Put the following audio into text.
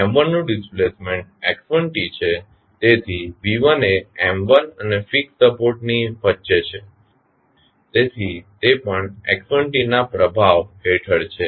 નું ડિસ્પ્લેસમેન્ટ છે અને તેથી એ અને ફિક્સ્ડ સપોર્ટ ની વચ્ચે છે તેથી તે પણ ના પ્રભાવ હેઠળ છે